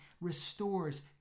restores